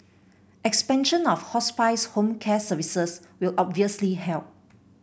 expansion of hospice home care services will obviously help